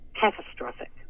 Catastrophic